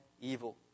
evil